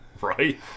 Right